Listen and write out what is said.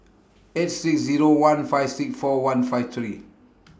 eight six Zero one five six four one five three